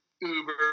Uber